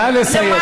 נא לסיים.